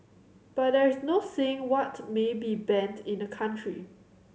but there is no saying what may be banned in a country